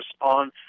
on